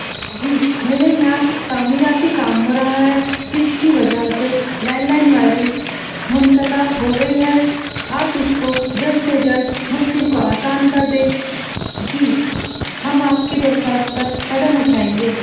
جی میرے یہاں تعمیراتی کام ہو رہا ہے جس کی وجہ سے لینڈ لائن وائرنگ منقطع ہو گئی ہے آپ اس کو جلد سے جلد مشکل کو آسان کر دیں جی ہم آپ کی درخواست پر قدم اٹھائیں گے